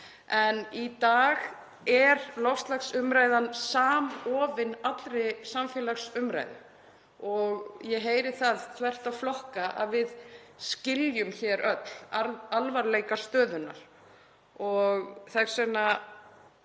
í dag er að loftslagsumræðan er nú samofin allri samfélagsumræðu og ég heyri það þvert á flokka að við skiljum hér öll alvarleika stöðunnar. Ég er